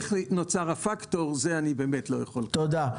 תודה.